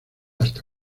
hasta